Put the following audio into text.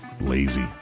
lazy